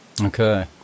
Okay